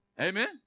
Amen